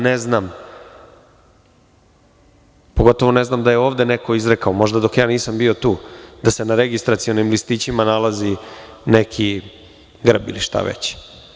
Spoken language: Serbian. Ne znam, pogotovo ne znam da je ovde neko izrekao, možda dok ja nisam bio tu, da se na registracionim listićima nalazi neki grb ili šta već.